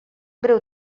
breu